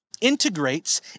integrates